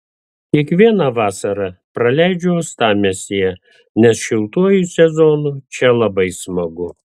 kiekvieną vasarą praleidžiu uostamiestyje nes šiltuoju sezonu čia labai smagu